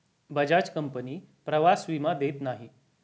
Bajaj company प्रवास विमा देत नाही